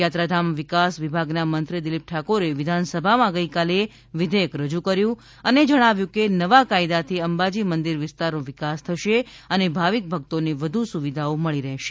યાત્રાધામ વિકાસ વિભાગના મંત્રી દિલીપ ઠાકારે વિધાનસભામાં ગઈકાલે વિધેયક રજૂ કર્યું હતું અને જણાવ્યુ હતું કે નવા કાયદાથી અંબાજી મંદિર વિસ્તારનો વિકાસ થશે અને ભાવિક ભક્તોને વધુ સુવિધાઓ મળી રહેશે